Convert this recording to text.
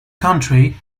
country